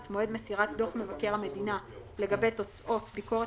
את מועד מסירת דוח מבקר המדינה לגבי תוצאות ביקורת